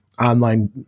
online